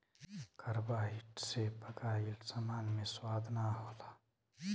carbide से पकाइल सामान मे स्वाद ना होला